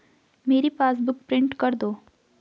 मेरी passbook print कर दो